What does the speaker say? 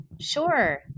Sure